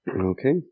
okay